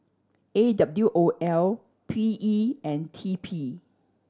A W O L P E and T P